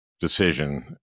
decision